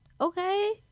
Okay